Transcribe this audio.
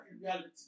reality